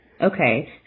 Okay